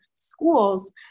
Schools